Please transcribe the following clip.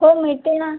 हो मिळते ना